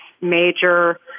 major